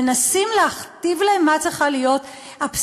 מנסים להכתיב להם מה צריכה להיות הפסיקה.